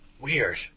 Weird